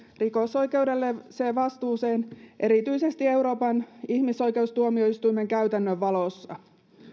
rikosoikeudelliseen vastuuseen erityisesti euroopan ihmisoikeustuomioistuimen käytännön valossa